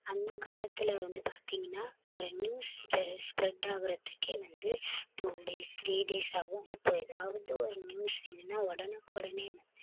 அந்த காலத்தில் வந்து பார்த்திங்கனா ஒரு நியூஸ் ஸ்ப்ரெ ஸ்ப்ரெட்டாகிறத்துக்கே வந்து டூ டேஸ் த்ரீ டேஸ் ஆகும் இப்போ எதாவது ஒரு நியூஸ் வேணும்னா உடனுக்கொடனே வந்து